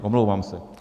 Omlouvám se.